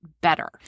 better